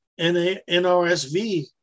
NRSV